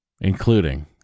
including